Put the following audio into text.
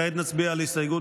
כעת נצביע על הסתייגות